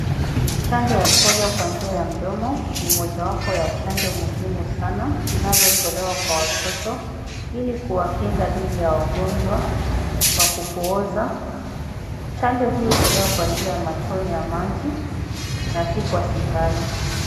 Chanjo ya Polio kwa njia ya mdomo ni mojawapo ya chanjo muhimu sana zinazotolewa kwa watoto ili kuwakinga dhidi ya wagonjwa wa kupooza. Chanjo hii hutolewa kwa njia ya matone ya maji na si kwa sindano.